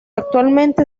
actualmente